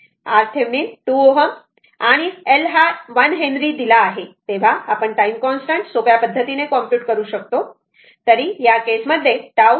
तर RThevenin 2 Ω बरोबर आणि L हा 1 हेन्री दिला आहे तेव्हा आपण टाईम कॉन्स्टंट सोप्या पद्धतीने कॉम्पुट करू शकतो बरोबर